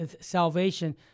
salvation